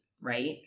right